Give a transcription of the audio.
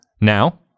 Now